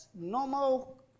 normal